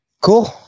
Cool